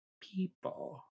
people